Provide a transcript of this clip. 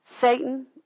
Satan